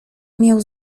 miał